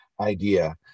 idea